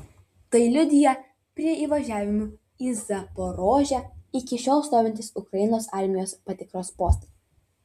tai liudija prie įvažiavimų į zaporožę iki šiol stovintys ukrainos armijos patikros postai